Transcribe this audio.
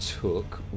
took